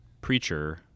preacher